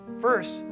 First